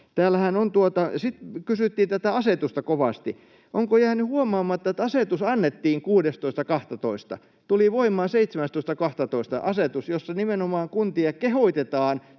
Sitten kysyttiin tätä asetusta kovasti: Onko jäänyt huomaamatta, että asetus annettiin 16.12. ja tuli voimaan 17.12.? Asetus, jossa nimenomaan kuntia kehotetaan